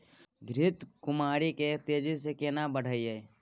घृत कुमारी के तेजी से केना बढईये?